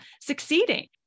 succeeding